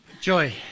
Joy